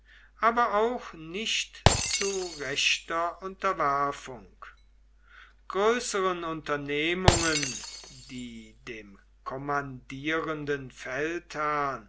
aber auch nicht zu rechter unterwerfung größeren unternehmungen die dem kommandierenden feldherrn